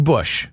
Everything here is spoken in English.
Bush